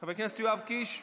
חבר הכנסת יואב קיש,